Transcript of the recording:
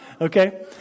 Okay